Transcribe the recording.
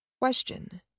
Question